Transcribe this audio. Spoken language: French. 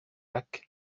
lacs